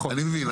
אני מבין,